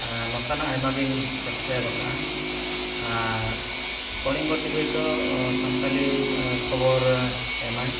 ᱱᱚᱝᱠᱟᱱᱟᱜ ᱟᱭᱢᱟᱜᱮᱧ ᱥᱟᱵᱥᱠᱨᱟᱭᱤᱵᱷ ᱟᱠᱟᱜᱼᱟ ᱟᱨ ᱠᱚᱞᱤᱝᱜᱚ ᱴᱤᱵᱷᱤ ᱨᱮᱫᱚ ᱥᱟᱱᱛᱟᱲᱤ ᱠᱷᱚᱵᱚᱨ ᱮᱢᱟᱭ